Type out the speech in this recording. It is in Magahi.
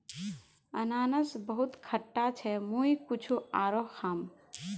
अनन्नास बहुत खट्टा छ मुई कुछू आरोह खाम